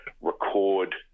record